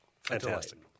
Fantastic